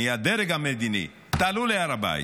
אני הדרג המדיני, תעלו להר הבית.